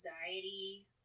anxiety